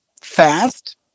fast